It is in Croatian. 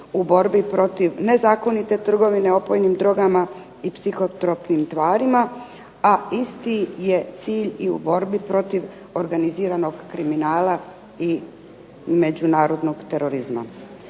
u borbi protiv nezakonite trgovine opojnim drogama i psihotropnim tvarima, a isti je cilj i u borbi protiv organiziranog kriminala i međunarodnog terorizma.